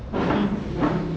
mm